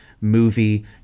movie